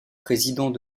président